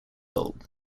old